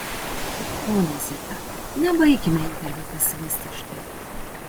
ponia zita nebaikime interviu pesimistiškai